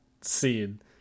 scene